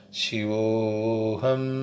shivoham